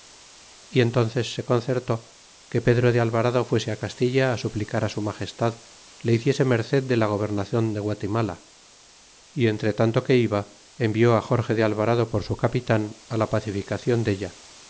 y entónces se concerté que pedro de alvarado fuese castilla suplicar su magestad le hiciese merced de la gobernacion de guatienala y entretanto que iba envió jorge de alvarado por su capitan la pacificacion della